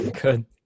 Good